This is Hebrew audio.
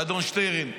אדון שטרן,